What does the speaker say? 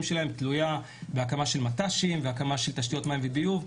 שלהם תלויה בהקמה של מט"שים והקמה של תשתיות מים וביוב.